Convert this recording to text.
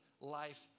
life